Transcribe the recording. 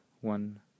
one